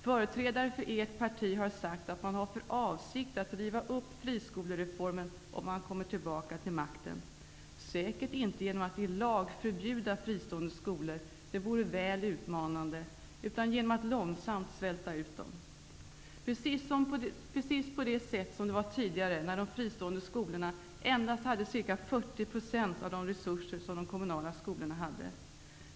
Företrädare för ert parti har sagt att man har för avsikt att riva upp friskolereformen om man kommer tillbaka till makten, säkert inte genom att i lag förbjuda fristående skolor -- det vore för utmanande -- utan genom att långsamt svälta ut dem på det sätt som man gjorde tidigare, när de fristående skolorna endast hade ca 40 % av de resurser som de kommunala skolorna hade.